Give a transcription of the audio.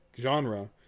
genre